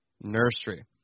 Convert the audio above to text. Nursery